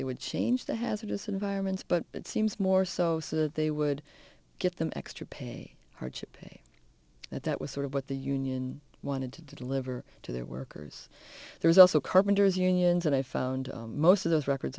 they would change the hazardous environments but it seems more so that they would get them extra pay hardship pay that that was sort of what the union wanted to deliver to their workers there's also carpenters unions and i found most of those